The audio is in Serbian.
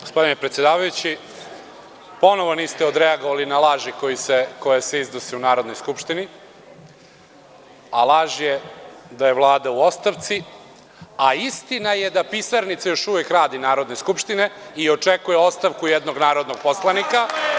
Gospodine predsedavajući, ponovo niste odreagovali na laži koje se iznose u Narodnoj skupštini, a laži da je Vlada u ostavci, a istina je da pisarnica Narodne skupštine još uvek radi i očekuje ostavku jednog narodnog poslanika.